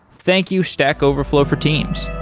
thank you stack overflow for teams.